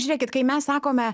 žiūrėkit kai mes sakome